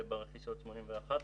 ברכישות 81%,